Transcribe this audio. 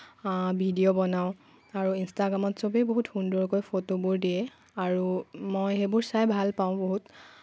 video বনাওঁ আৰু ইনষ্টাগ্ৰামত সবেই বহুত সুন্দৰকৈ ফটোবোৰ দিয়ে আৰু মই সেইবোৰ চাই ভাল পাওঁ বহুত